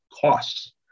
costs